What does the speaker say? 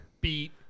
beat